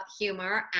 humor